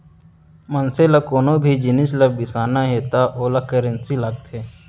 मनसे ल कोनो भी जिनिस ल बिसाना हे त ओला करेंसी लागथे